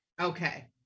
Okay